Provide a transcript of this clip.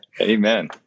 Amen